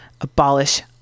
abolish